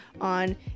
on